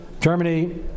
Germany